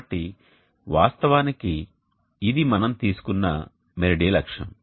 కాబట్టి వాస్తవానికి ఇది మనం తీసుకున్న మెరిడియల్ అక్షం